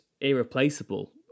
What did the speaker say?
irreplaceable